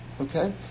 okay